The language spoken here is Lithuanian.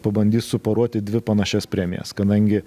pabandys suporuoti dvi panašias premijas kadangi